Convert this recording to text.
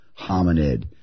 hominid